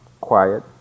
quiet